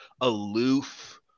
aloof